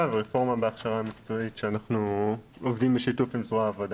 ורפורמה בהכשרה המקצועית שאנחנו עובדים בשיתוף עם זרוע העבודה.